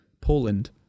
Poland